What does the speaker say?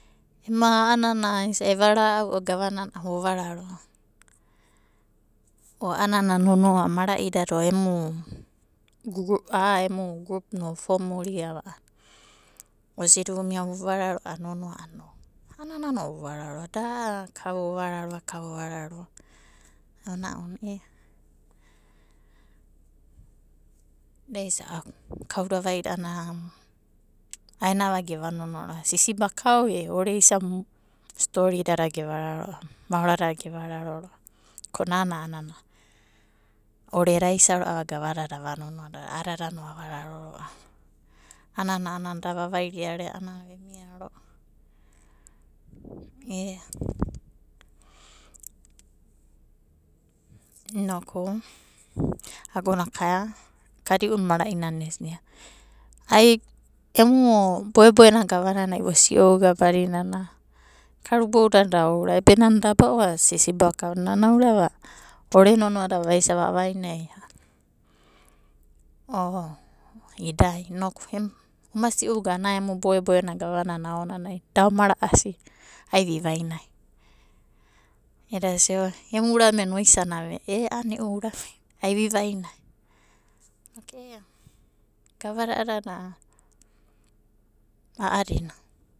Ema a'anana eva ra'au o gavanana vovararoa, o a'ana nonoa mara'idada o emu grupna ufomuriava a'ana osidi vumia vuvararoa a'ana nonoa a'ana inoko a'ananano vuvararoa. Da ka vovararoa, ka vova raroa ana ounanai ia daisa'aku kaud vaida a'ana aenava geva nonoa ro'ava sisibakao e oreisa storidada gevararo ro'ava, maoradada gevararo ro'ava. Ko nana a'ana oreda aisa ro'ava gavadada a'ada ava nonoada roava, avararo ro'ava. A'anana da vavairearea a'ana vemia ro'a vanai vanai. Ea inoku agona ka kadi'una mara'inana esia ai emu boeboena gavananai vo si'ouga badinana karubouda da ourava be nana aba'oava sisibakao da akava nana aurava ore nonoada vaisa vavainai a'ana. O idai inoku oma si'ouga ana emu boeboena gavanana aonanai da oma ra'asi, ai vivainai. Eda sia oe emu uramena oisanava e? Ea a'ana e'u urame na, inoku ea gavada a'adada a'adina.